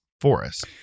forest